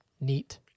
neat